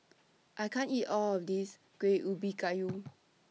I can't eat All of This Kuih Ubi Kayu